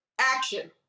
Action